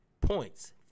points